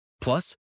Plus